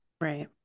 Right